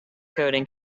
coding